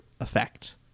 effect